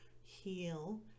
heal